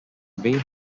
may